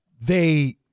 they-